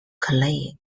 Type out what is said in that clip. clay